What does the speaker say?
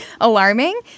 alarming